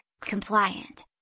compliant